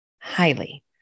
highly